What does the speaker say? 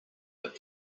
but